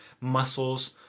muscles